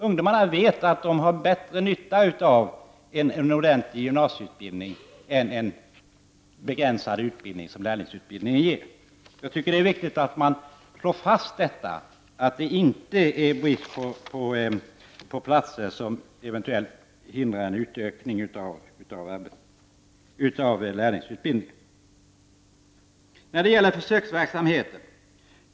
Ungdomarna vet att de har bättre nytta av en ordentlig gymnasieutbildning än av den begränsade utbildning som lärlingsutbildningen ger. Jag tycker att det är viktigt att man slår fast detta, att det inte är brist på platser som hindrar en eventuell utökning av lärlingsutbildningen.